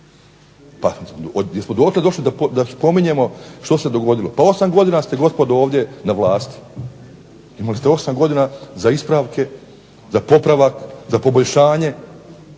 Pa jesmo dotle došli da spominjemo što se dogodilo. Pa osam godina ste gospodo ovdje na vlasti, imali ste osam godina za ispravke, za popravak, za poboljšanje